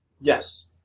Yes